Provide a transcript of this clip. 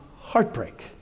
heartbreak